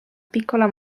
piccola